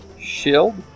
shield